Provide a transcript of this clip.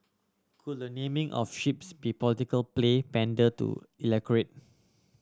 could the naming of ships be political play pander to